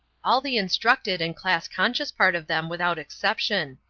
all the instructed and class-conscious part of them without exception,